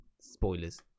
spoilers